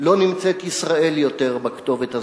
לא נמצאת ישראל יותר בכתובת הזאת.